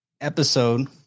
episode